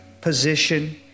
position